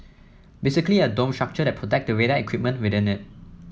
basically a dome structure that protects the radar equipment within it